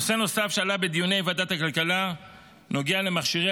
נושא נוסף שעלה בדיוני ועדת הכלכלה נוגע למכשירי